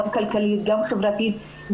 גם כלכלית וגם חברתית,